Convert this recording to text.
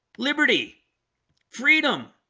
liberty freedom